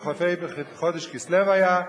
כ"ה בחודש כסלו היה,